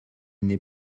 n’est